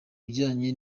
bijyanye